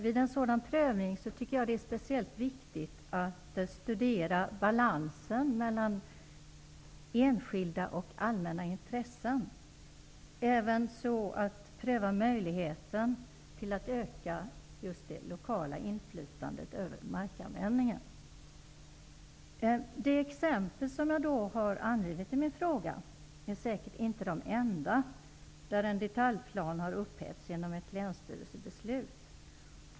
Vid en sådan prövning är det speciellt viktigt att studera balansen mellan enskilda och allmänna intressen, ävenså att pröva möjligheten att öka det lokala inflytandet över markanvändningen. De exempel som jag har angivit i min fråga är säkert inte de enda där en detaljplan har upphävts genom ett länsstyrelsebeslut.